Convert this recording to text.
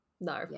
no